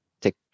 take